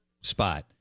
spot